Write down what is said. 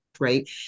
right